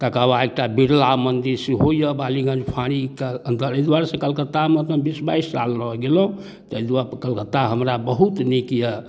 तकर बाद एकटा बिरला मन्दिर सेहो अइ बालीगञ्ज फाँरीके अन्दर एहि दुआरेसँ कलकत्तामे तऽ हम बीस बाइस साल रहि गेलहुँ ताहि दुआरे कलकत्ता हमरा बहुत नीक अइ